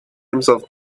himself